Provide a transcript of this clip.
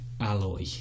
alloy